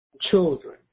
children